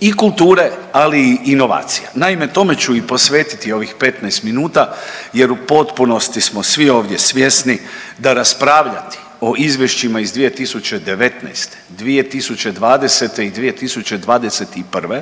i kulture, ali i inovacija. Naime, tome ću i posvetiti ovih 15 minuta jer u potpunosti smo svi ovdje svjesni da raspravljati o izvješćima iz 2019., 2020. i 2021.